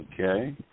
Okay